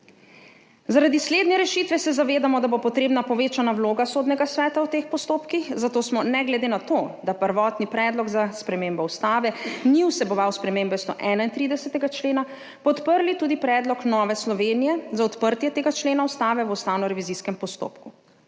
Zaradi slednje rešitve se zavedamo, da bo potrebna povečana vloga Sodnega sveta v teh postopkih, zato smo ne glede na to, da prvotni predlog za spremembo ustave ni vseboval spremembe 131. člena, podprli tudi predlog Nove Slovenije za odprtje tega člena ustave v ustavnorevizijskem postopku.